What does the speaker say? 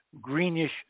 greenish